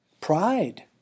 Pride